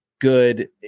good